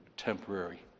temporary